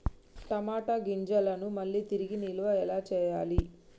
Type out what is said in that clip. టమాట గింజలను మళ్ళీ తిరిగి నిల్వ ఎలా చేయాలి?